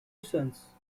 sons